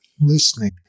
listening